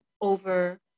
over